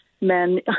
men